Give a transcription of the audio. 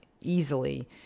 easily